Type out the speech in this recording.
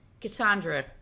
Cassandra